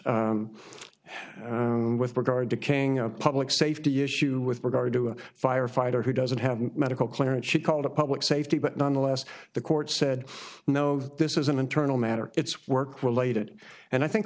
got with regard to king a public safety issue with regard to a firefighter who doesn't have a medical clearance she called a public safety but nonetheless the court said no this is an internal matter it's work related and i think